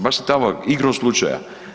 Baš se tamo, igrom slučaja.